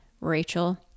Rachel